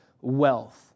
wealth